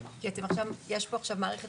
כי יש פה עכשיו מערכת